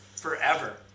forever